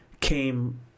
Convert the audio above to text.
came